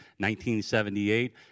1978